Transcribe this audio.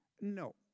No